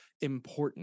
important